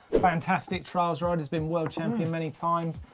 fantastic trials rider, has been world champion many times,